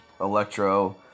Electro